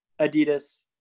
Adidas